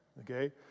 Okay